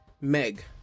Meg